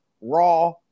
Raw